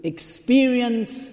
Experience